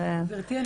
גברתי,